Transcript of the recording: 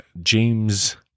James